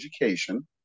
education